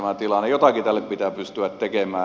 jotakin tälle pitää pystyä tekemään